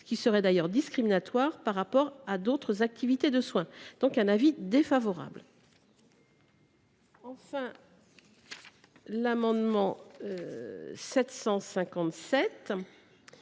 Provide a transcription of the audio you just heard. Ce serait d’ailleurs discriminatoire par rapport à d’autres activités de soins. D’où notre avis défavorable. Enfin, l’amendement n°